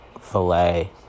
filet